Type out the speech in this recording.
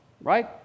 Right